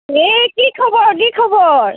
এই কি খৱৰ কি খৱৰ